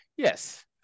Yes